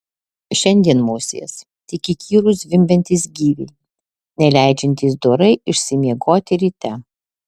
šiandien musės tik įkyrūs zvimbiantys gyviai neleidžiantys dorai išsimiegoti ryte